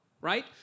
right